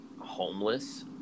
homeless